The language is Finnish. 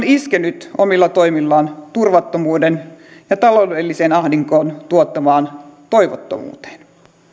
iskenyt omilla toimillaan turvattomuuden ja taloudellisen ahdingon tuottamaan toivottomuuteen